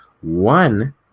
one